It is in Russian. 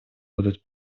будут